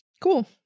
cool